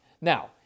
Now